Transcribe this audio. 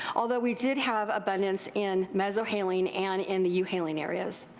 although we did have abundance in mesohaline and in the euhaline areas.